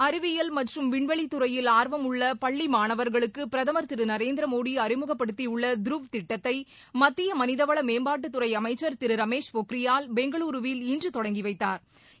அறிவியல் மற்றும் விண்வெளி துறையில் ஆர்வம் உள்ள பள்ளி மாணவர்களுக்கு பிரதமர் திரு நரேந்திரமோடி அறிமுகப்படுத்தியுள்ள த்ருவ் திட்டத்தை மத்திய மனிதவள மேம்பாட்டுத்துறை அமைச்சர் திரு ரமேஷ் பொக்ரியால் பெங்களூருவில் இன்று தொடங்கி வைத்தாா்